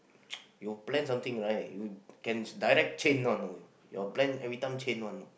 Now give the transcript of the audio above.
you plan something right you can direct change one you know your plan everytime change one you know